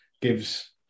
gives